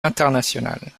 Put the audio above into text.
international